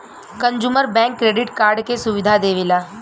consumer bank credit card के सुविधा देवेला